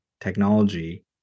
technology